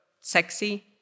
sexy